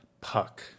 Puck